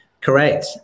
correct